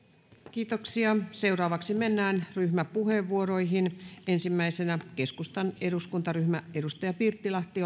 kiitoksia seuraavaksi mennään ryhmäpuheenvuoroihin ensimmäisenä keskustan eduskuntaryhmä edustaja pirttilahti